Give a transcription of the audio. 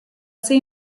ser